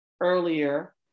earlier